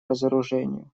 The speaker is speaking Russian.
разоружению